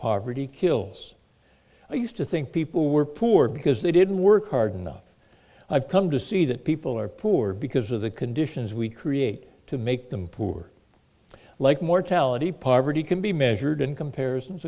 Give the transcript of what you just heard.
poverty kills are used to think people were poor because they didn't work hard enough i've come to see that people are poor because of the conditions we create to make them poor like mortality poverty can be measured in comparisons